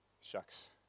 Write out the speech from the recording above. shucks